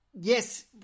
yes